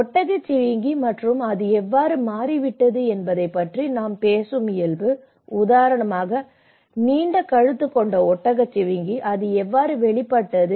ஒட்டகச்சிவிங்கி மற்றும் அது எவ்வாறு மாறிவிட்டது என்பதைப் பற்றி நாம் பேசும் இயல்பு உதாரணமாக நீண்ட கழுத்து ஒட்டகச்சிவிங்கி அது எவ்வாறு வெளிப்பட்டது